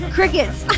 Crickets